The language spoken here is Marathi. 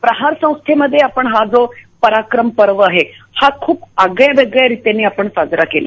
प्रहार संस्थेमध्ये आपण जो पराक्रम पर्व आहे हा खूप आगळ्या वेगळ्या रीतीनं साजरा केला